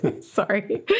Sorry